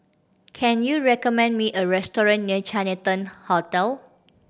can you recommend me a restaurant near Chinatown Hotel